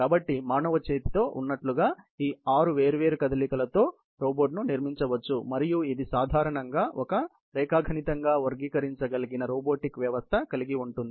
కాబట్టి మానవ చేతిలో ఉన్నట్లుగా ఈ ఆరు వేర్వేరు కదలికలతో నిర్మించవచ్చు మరియు ఇది సాధారణంగా ఒక రేఖాగణితంగా వర్గీకరించగలిగిన రోబోటిక్ వ్యవస్థ కలిగిఉంటుంది